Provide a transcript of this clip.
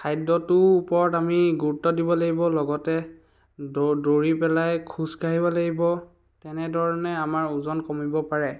খাদ্যটোৰ ওপৰত আমি গুৰুত্ব দিব লাগিব লগতে দৌ দৌৰি পেলাই খোজ কাঢ়িব লাগিব তেনেধৰণে আমাৰ ওজন কমিব পাৰে